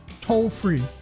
toll-free